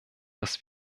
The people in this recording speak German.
dass